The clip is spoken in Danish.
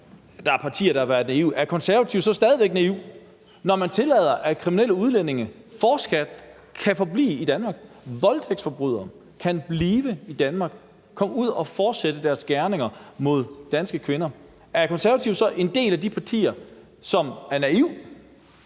der er partier, der har været naive? Er Konservative så stadig væk naive, når man tillader, at kriminelle udlændinge fortsat kan forblive i Danmark? Voldtægtsforbrydere kan blive i Danmark, komme ud og fortsætte deres gerninger mod danske kvinder. Er Konservative så en del af de partier, som er naive?